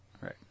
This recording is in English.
Right